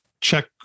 check